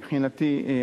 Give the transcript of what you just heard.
מבחינתי,